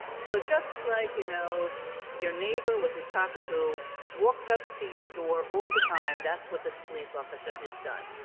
so just like, you know, your neighbor with his cockapoo walks up to your door all the time, that's what this police officer has done.